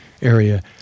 area